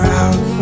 out